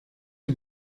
die